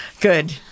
Good